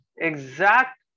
exact